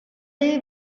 day